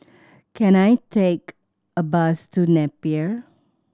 can I take a bus to Napier